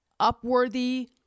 upworthy